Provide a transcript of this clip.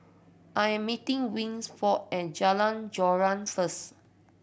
I am meeting Winford at Jalan Joran first